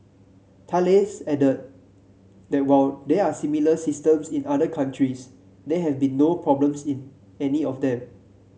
Thales added that while there are similar systems in other countries there have been no problems in any of them